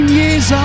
years